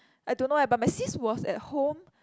I don't know eh but my sis was at home